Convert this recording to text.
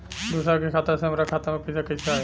दूसरा के खाता से हमरा खाता में पैसा कैसे आई?